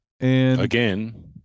Again